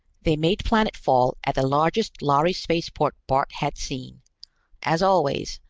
they made planetfall at the largest lhari spaceport bart had seen as always,